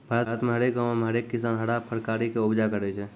भारत मे हरेक गांवो मे हरेक किसान हरा फरकारी के उपजा करै छै